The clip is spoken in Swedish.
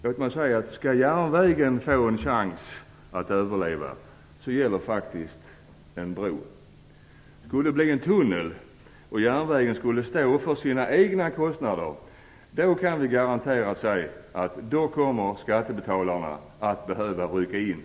Låt mig säga att om järnvägen skall få en chans att överleva gäller faktiskt en bro. Skulle det bli en tunnel och järnvägen skulle stå för sina egna kostnader, då kan vi garanterat säga att skattebetalarna kommer att behöva rycka in.